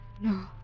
No